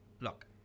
look